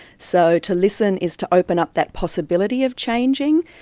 so to listen is to open up that possibility of changing.